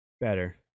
better